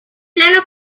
plano